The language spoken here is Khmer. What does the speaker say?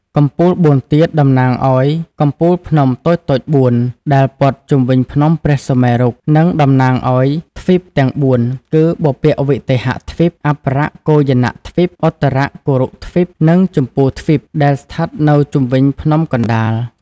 កំពូលបួនទៀត តំណាងឱ្យកំពូលភ្នំតូចៗបួន ដែលព័ទ្ធជុំវិញភ្នំព្រះសុមេរុ និងតំណាងឱ្យទ្វីបទាំងបួនគឺ បុព្វវិទេហៈទ្វីប អបរគោយានៈទ្វីប ឧត្តរកុរុទ្វីប និងជម្ពូទ្វីប ដែលស្ថិតនៅជុំវិញភ្នំកណ្តាល។